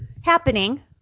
happening